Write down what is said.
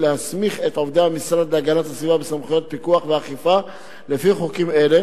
להסמיך את עובדי המשרד להגנת הסביבה בסמכויות פיקוח ואכיפה לפי חוקים אלה,